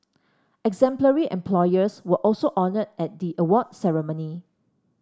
exemplary employers were also honoured at the award ceremony